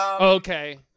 Okay